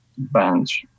bans